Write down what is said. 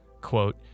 Quote